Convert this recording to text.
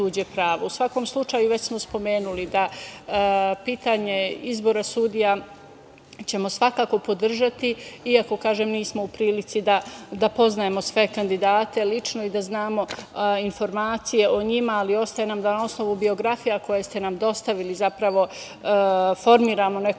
svakom slučaju, već smo spomenuli da pitanje izbora sudija ćemo svakako podržati iako, kažem, nismo u prilici da poznajemo sve kandidate lično i da znamo informacije o njima, ali ostaje nam da na osnovu biografija koje ste nam dostavili zapravo formiramo neko svoje